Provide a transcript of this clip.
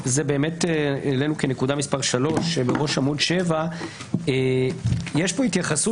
העלינו כנקודה מספר 3 בראש עמוד 7. יש כאן התייחסות